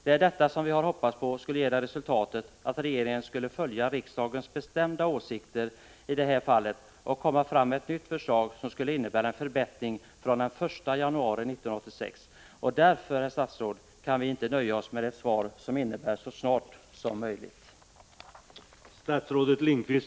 Det är detta som vi hoppats skulle ge resultatet att regeringen skulle följa riksdagens bestämda åsikter i det här fallet och lägga fram ett nytt förslag, som skulle innebära en förbättring från den 1 januari 1986. Därför, herr statsråd, kan vi inte nöja oss med ett svar som innebär att förslaget kommer så snart som möjligt.